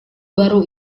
baru